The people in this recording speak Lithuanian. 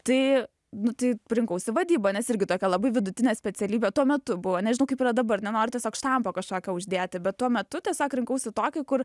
tai nu tai rinkausi vadybą nes irgi tokia labai vidutinė specialybė tuo metu buvo nežinau kaip yra dabar nenoriu tiesiog štampo kažkokio uždėti bet tuo metu tiesiog rinkausi tokį kur